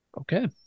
Okay